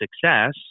success